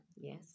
Yes